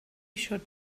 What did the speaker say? should